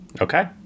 Okay